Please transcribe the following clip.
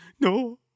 No